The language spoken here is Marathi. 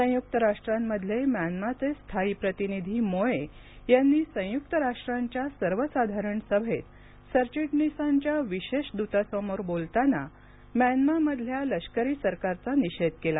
संयुक्त राष्ट्रांमधले म्यानमाँचे स्थायी प्रतिनिधी मोए यांनी संयुक्त राष्ट्रांच्या सर्वसाधारण सभेत सरचिटणीसांच्या विशेष दूतासमोर बोलताना म्यानमाँमधल्या लष्करी सरकारचा निषेध केला